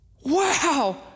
Wow